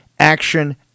action